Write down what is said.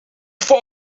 far